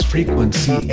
Frequency